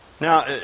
Now